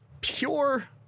pure